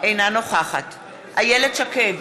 אינה נוכחת איילת שקד,